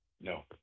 No